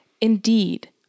indeed